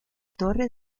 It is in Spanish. torre